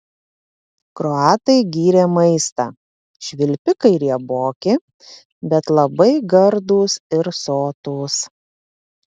kroatai gyrė maistą švilpikai rieboki bet labai gardūs ir sotūs